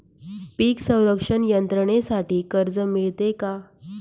पीक संरक्षण यंत्रणेसाठी कर्ज मिळते का?